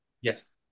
Yes